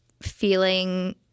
feeling